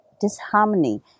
disharmony